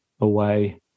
away